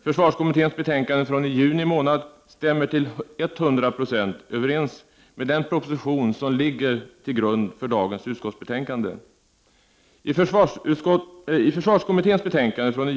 Försvarskommitténs betänkande från juni månad stämmer till hundra procent överens med den proposition som ligger till grund för dagens utskottsbetänkande.